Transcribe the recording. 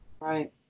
Right